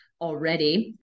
already